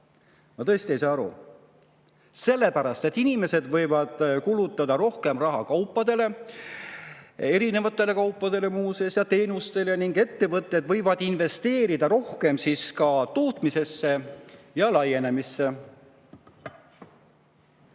Ma tõesti ei saa aru. Sellepärast et inimesed võivad kulutada rohkem raha kaupadele, erinevatele kaupadele muuseas ja teenustele, ning ettevõtted võivad investeerida rohkem tootmisesse ja laienemisse. Ma